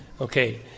okay